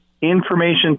information